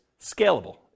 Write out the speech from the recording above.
scalable